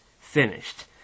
finished